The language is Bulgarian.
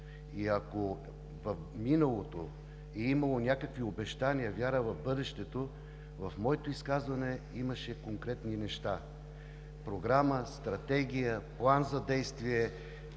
И ако в миналото е имало някакви обещания, вяра в бъдещето, в моето изказване имаше конкретни неща – програма, стратегия, план за действие,